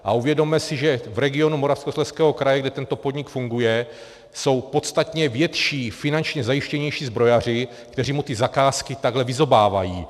A uvědomme si, že v regionu Moravskoslezského kraje, kde tento podnik funguje, jsou podstatně větší, finančně zajištěnější zbrojaři, kteří mu ty zakázky takhle vyzobávají.